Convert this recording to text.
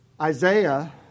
Isaiah